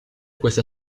questa